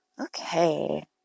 Okay